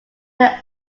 then